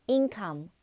Income